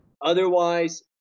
Otherwise